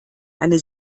eine